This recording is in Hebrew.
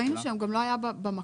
ראינו שהוא לא היה במקור,